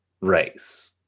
race